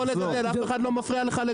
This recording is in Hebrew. אתה יכול לגדל, לך אף אחד לא מפריע לגדל.